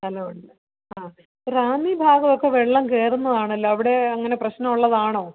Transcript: റാന്നി ഭാഗമൊക്കെ വെള്ളം കയറുന്നതാണല്ലോ അവിടെ അങ്ങനെ പ്രശ്നമുള്ളതാണോ